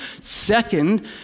Second